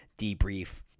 debrief